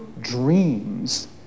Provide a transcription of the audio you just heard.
dreams